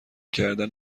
کردن